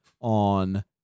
on